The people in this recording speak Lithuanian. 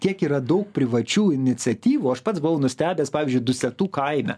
tiek yra dau privačių iniciatyvų aš pats nustebęs pavyžiui dusetų kaime